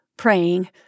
praying